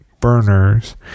burners